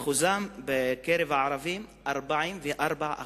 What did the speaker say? והשיעור שלהם בקרב הערבים 44%,